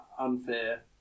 unfair